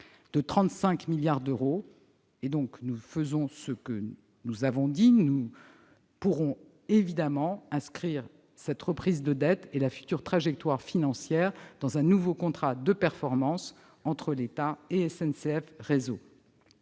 de 35 milliards d'euros. Nous faisons ce que nous avons dit, mais nous pourrons évidemment inscrire cette reprise de dette et la future trajectoire financière dans un nouveau contrat de performance entre l'État et SNCF Réseau.